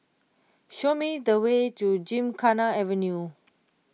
show me the way to Gymkhana Avenue